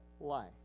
life